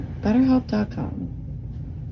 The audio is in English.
BetterHelp.com